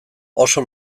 oso